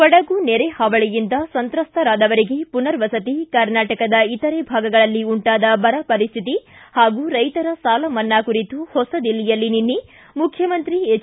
ಕೊಡಗು ನೆರೆ ಹಾವಳಿಯಿಂದ ಸಂತಸ್ತರಾದವರಿಗೆ ಪುನರ್ವಸತಿ ಕರ್ನಾಟಕದ ಇತರೆ ಭಾಗಗಳಲ್ಲಿ ಉಂಟಾದ ಬರ ಪರಿಸ್ಥಿತಿ ಹಾಗೂ ರೈತರ ಸಾಲಮನ್ನಾ ಕುರಿತು ಹೊಸದಿಲ್ಲಿಯಲ್ಲಿ ನಿನ್ನೆ ಮುಖ್ಯಮಂತ್ರಿ ಎಚ್